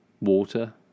water